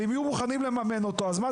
והם יהיו מוכנים לממן אותו אז מה,